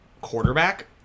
quarterback